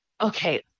okay